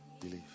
believe